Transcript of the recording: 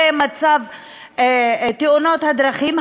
ומצב תאונות הדרכים,